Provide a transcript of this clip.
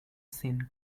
sin